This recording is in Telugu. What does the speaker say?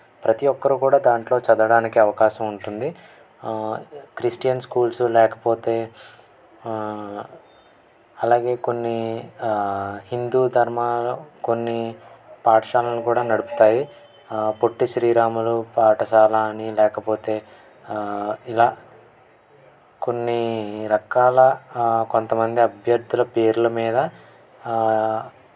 ప్రతి ఒకరు కూడా దాంట్లో చదవడానికి అవకాశం ఉంటుంది క్రిస్టియన్ స్కూల్సు లేకపోతే అలాగే కొన్ని హిందూ ధర్మా కొన్ని పాఠశాలను కూడా నడుపుతాయి పొట్టి శ్రీరాములు పాఠశాల అని లేకపోతే ఇలా కొన్ని రకాల కొంతమంది అభ్యర్థుల పేర్ల మీద